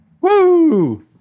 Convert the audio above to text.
Woo